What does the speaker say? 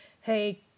hey